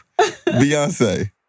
Beyonce